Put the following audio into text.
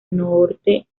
norte